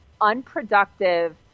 unproductive